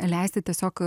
leisti tiesiog